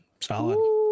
solid